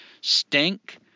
stink